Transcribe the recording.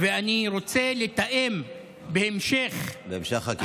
ואני רוצה לתאם בהמשך, בהמשך החקיקה.